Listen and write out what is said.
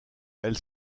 elle